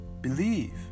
believe